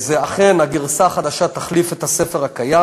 אכן, הגרסה החדשה תחליף את הספר הקיים.